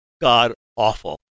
God-awful